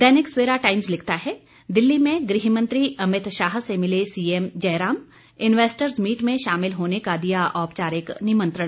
दैनिक Savera Times लिखता है दिल्ली में गृहमंत्री अमित शाह से मिले सीएम जयराम इन्वैस्टर्स मीट में शामिल होने का दिया औपचारिक निमंत्रण